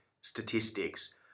statistics